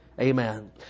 amen